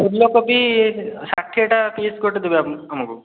ଫୁଲକୋବି ଷାଠିଏଟା ପିସ୍ ଗୋଟେ ଦେବେ ଆମକୁ